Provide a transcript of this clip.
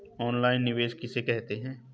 Online निवेश किसे कहते हैं?